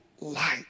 light